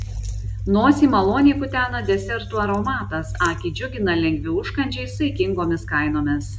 nosį maloniai kutena desertų aromatas akį džiugina lengvi užkandžiai saikingomis kainomis